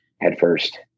headfirst